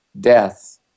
death